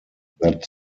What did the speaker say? that